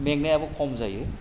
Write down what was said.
मेंनायाबो खम जायो